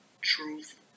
truth